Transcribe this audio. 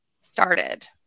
started